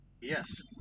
Yes